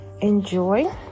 enjoy